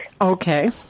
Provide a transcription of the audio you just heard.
Okay